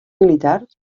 militars